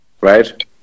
right